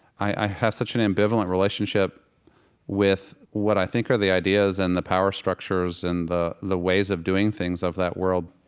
i have such an ambivalent relationship with what i think are the ideas and the power structures and the the ways of doing things of that world.